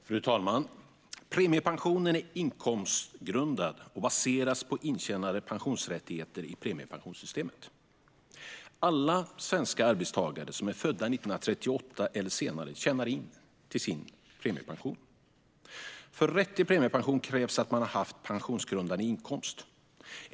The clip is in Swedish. Fru talman! Premiepensionen är inkomstgrundad och baseras på intjänade pensionsrättigheter i premiepensionssystemet. Alla svenska arbetstagare som är födda 1938 eller senare tjänar in till sin premiepension. För rätt till premiepension krävs att man har haft pensionsgrundande inkomst.